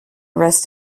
rest